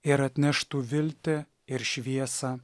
ir atneštų viltį ir šviesą